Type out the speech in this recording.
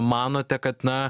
manote kad na